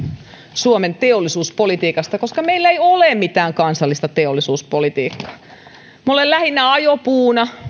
suomen teollisuuspolitiikasta koska meillä ei ole mitään kansallista teollisuuspolitiikkaa me olemme lähinnä ajopuuna